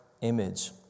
image